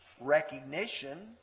recognition